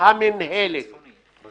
חבר הכנסת חאג' יחיא.